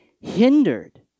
hindered